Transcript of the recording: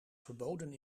verboden